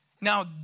Now